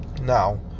now